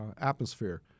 atmosphere